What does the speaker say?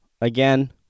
Again